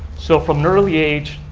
so from an early age,